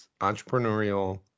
entrepreneurial